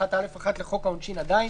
61(א)(1) לחוק העונשין עדיין,